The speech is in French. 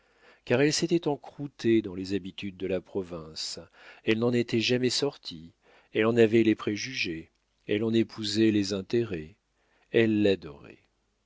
car elle s'était encroûtée dans les habitudes de la province elle n'en était jamais sortie elle en avait les préjugés elle en épousait les intérêts elle l'adorait